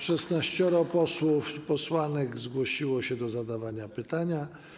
Szesnaścioro posłów i posłanek zgłosiło się do zadania pytania.